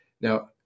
Now